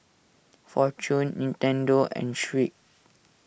Fortune Nintendo and Schick